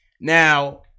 Now